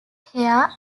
hare